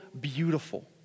beautiful